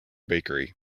bakery